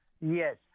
Yes